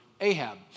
Ahab